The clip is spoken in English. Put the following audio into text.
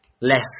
less